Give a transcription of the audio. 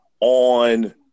on